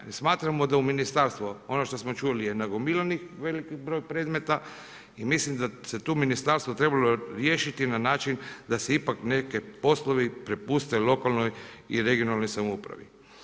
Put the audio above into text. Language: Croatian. Jer smatramo da u ministarstvo, ono što smo čuli nagomilanih veliki broj predmeta i mislim da se tu ministarstvo trebalo riješiti na način da se ipak neki poslovi prepuste lokalnoj i regionalnoj samoupravi.